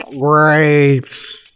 Grapes